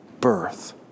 birth